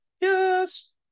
Yes